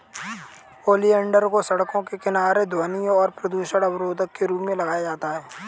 oleander को सड़कों के किनारे ध्वनि और प्रदूषण अवरोधक के रूप में लगाया जाता है